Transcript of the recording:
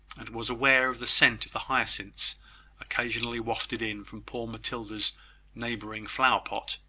and was aware of the scent of the hyacinths occasionally wafted in from poor matilda's neighbouring flower-plot,